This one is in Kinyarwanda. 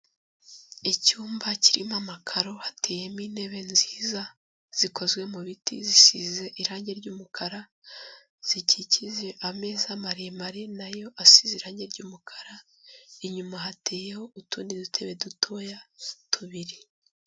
Icyumba kirimo amakaro hateyemo intebe nziza zikozwe mu biti zisize irangi ry'umukara, zikikije n'ameza maremare nayo asize irange ry'umukara, inyuma hateyeho utundi dutebe dutoya tubiri.